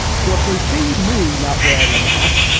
so if they see me not wearing a mask,